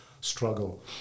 struggle